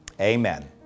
Amen